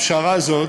הפשרה הזאת,